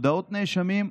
הודעות נאשמים,